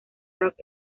rock